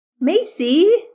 Macy